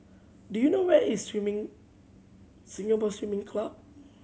do you know where is Swimming Singapore Swimming Club